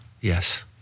yes